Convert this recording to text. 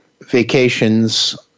vacations